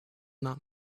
not